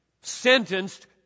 sentenced